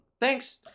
thanks